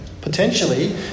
Potentially